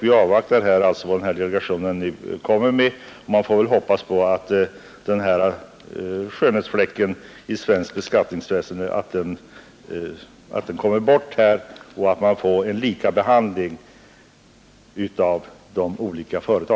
Vi avvaktar nu vad delegationen kommer med och hoppas att denna skönhetsfläck i svensk beskattning kommer bort och de olika företagen behandlas lika.